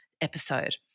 episode